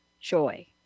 joy